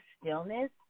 stillness